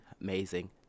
amazing